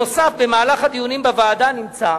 נוסף על כך, במהלך הדיונים בוועדה נמצא